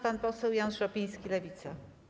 Pan poseł Jan Szopiński, Lewica.